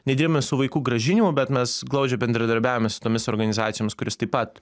nedirbome su vaikų grąžinimu bet mes glaudžiai bendradarbiavome su tomis organizacijoms kurios taip pat